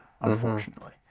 unfortunately